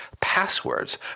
passwords